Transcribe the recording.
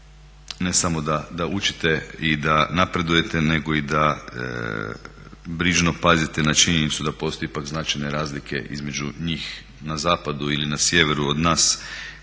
ne samo da učite i da napredujete nego i da brižno pazite na činjenicu da postoje ipak značajne razlike između njih na zapadu ili na sjeveru od nas